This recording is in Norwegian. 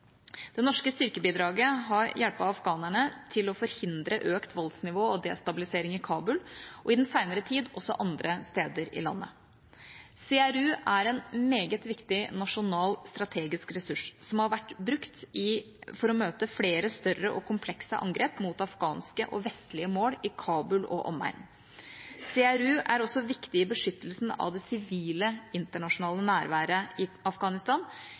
Det norske styrkebidraget har hjulpet afghanere til å forhindre økt voldsnivå og destabilisering i Kabul og i den senere tid også andre steder i landet. CRU er en meget viktig nasjonal strategisk ressurs som har vært brukt for å møte flere større og komplekse angrep mot afghanske og vestlige mål i Kabul og omegn. CRU er også viktig i beskyttelsen av det sivile internasjonale nærværet i Afghanistan,